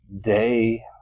day